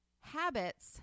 habits